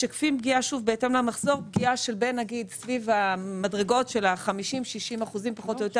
משקפים פגיעה בהתאם למחזור סביב המדרגות של 50% 60% פחות או יותר,